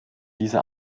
dieser